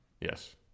Yes